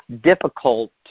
difficult